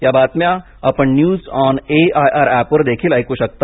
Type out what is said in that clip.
या बातम्या आपण न्यूज ऑन एआयआर ऍपवर देखील ऐकू शकता